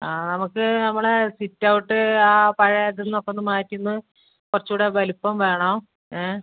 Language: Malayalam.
ആ നമുക്ക് നമ്മളെ സിറ്റ് ഔട്ട് ആ പഴയ ഇതിൽ നിന്നൊക്കെ ഒന്ന് മാറ്റി ഒന്ന് കുറച്ചുകൂടെ വലിപ്പം വേണം ഏ